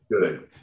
Good